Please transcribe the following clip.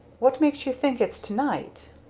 what makes you think it's to-night?